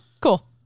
cool